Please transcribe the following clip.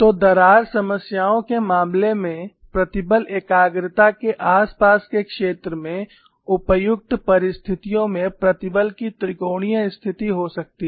तो दरार समस्याओं के मामले में प्रतिबल एकाग्रता के आसपास के क्षेत्र में उपयुक्त परिस्थितियों में प्रतिबल की त्रिकोणीय स्थिति हो सकती है